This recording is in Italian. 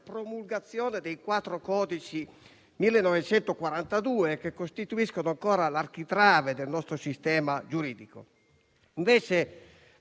promulgazione del sistema codicistico (1942) che costituisce ancora l'architrave del nostro sistema giuridico. Invece